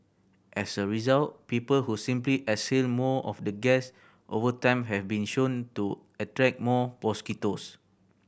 as a result people who simply exhale more of the gas over time have been shown to attract more mosquitoes